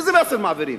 איזה מסר מעבירים?